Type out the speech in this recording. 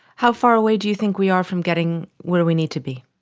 how far away do you think we are from getting where we need to be?